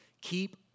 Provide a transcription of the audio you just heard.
Keep